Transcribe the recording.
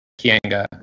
Kianga